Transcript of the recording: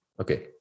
okay